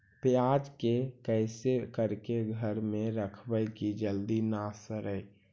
प्याज के कैसे करके घर में रखबै कि जल्दी न सड़ै?